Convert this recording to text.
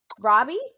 Robbie